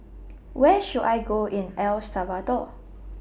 Where should I Go in El Salvador